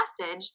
message